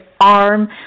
arm